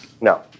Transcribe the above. No